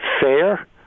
fair